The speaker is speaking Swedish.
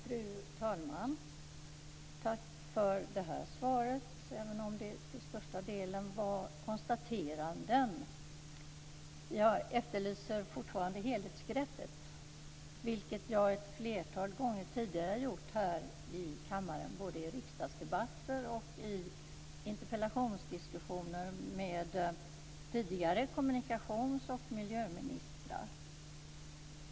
Fru talman! Jag får tacka för det här svaret även om det till största delen innehöll konstateranden. Jag efterlyser fortfarande helhetsgreppet, något som jag ett flertal gånger tidigare har gjort här i kammaren både i riksdagsdebatter och i interpellationsdiskussioner med tidigare kommunikations och miljöministrar.